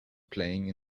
playing